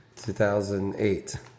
2008